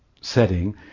setting